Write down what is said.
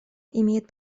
имеет